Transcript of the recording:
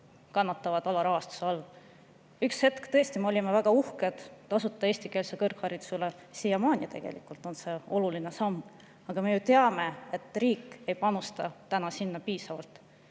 kannatavad alarahastuse all. Üks hetk tõesti me olime väga uhked tasuta eestikeelse kõrghariduse üle – siiamaani tegelikult on see oluline samm –, aga me ju teame, et riik ei panusta täna sinna piisavalt.